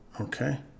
Okay